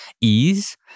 ease